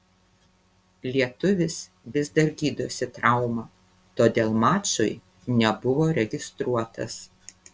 lietuvis vis dar gydosi traumą todėl mačui nebuvo registruotas